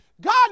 God